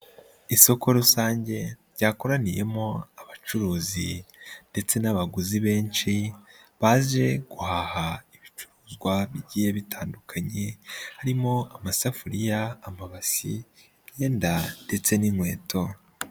Isoko rusange ryakoraniyemo abacuruzi ndetse n'abaguzi benshi, baje guhaha ibicuruzwa bigiye bitandukanye harimo amasafuriya, amabasi, imyenda ndetse n'inkweto.